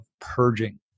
purging